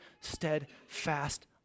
steadfast